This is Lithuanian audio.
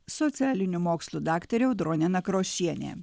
socialinių mokslų daktarė audronė nakrošienė